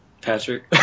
Patrick